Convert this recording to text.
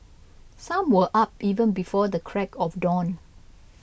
some were up even before the crack of dawn